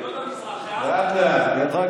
עדות המזרח, לאט-לאט.